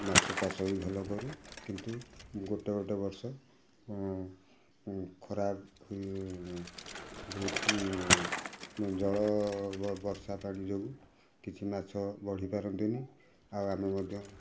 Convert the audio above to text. ମାଛ ଚାଷ ବି ଭଲ କରୁ କିନ୍ତୁ ଗୋଟେ ଗୋଟେ ବର୍ଷ ଖରାପ ବହୁତ ଜଳ ବର୍ଷା ପାଣି ଯୋଗୁଁ କିଛି ମାଛ ବଢ଼ିପାରନ୍ତିନି ଆଉ ଆମେ ମଧ୍ୟ